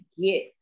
get